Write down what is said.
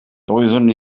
doeddwn